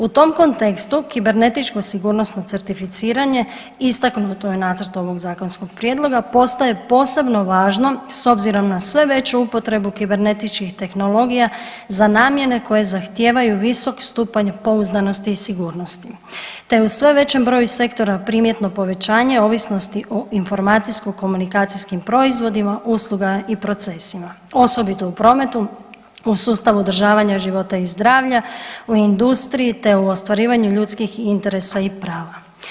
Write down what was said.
U tom kontekstu kibernetičko sigurnosno certificiranje istaknuto je u nacrtu ovog zakonskog prijedloga i postaje posebno važno s obzirom na sve veću upotrebu kibernetičkih tehnologija za namjene koje zahtijevaju visok stupanj pouzdanosti i sigurnosti, te u sve većem broju sektora primjetno povećanje ovisnosti o informacijsko komunikacijskim proizvodima, uslugama i procesima, osobito u prometu u sustavu održavanja života i zdravlja, u industriji, te u ostvarivanju ljudskih interesa i prava.